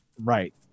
Right